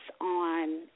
on